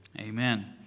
amen